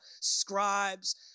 scribes